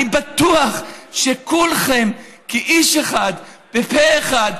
אני בטוח שכולכם כאיש אחד ופה אחד,